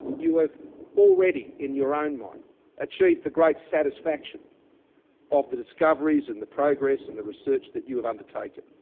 you have already in your own mind achieved the great satisfaction of the discoveries and the progress and the research that you have undertaken.